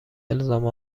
الزام